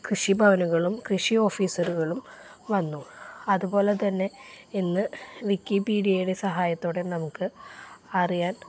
കൃഷിഭവനുകളും കൃഷി ഓഫീസറുകളും വന്നു അതുപോലെ തന്നെ ഇന്ന് വിക്കിപീഡിയയുടെ സഹായത്തോടെ നമുക്കറിയാൻ